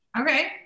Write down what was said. Okay